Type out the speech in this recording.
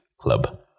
club